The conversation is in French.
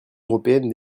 européenne